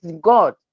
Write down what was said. God